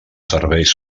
serveis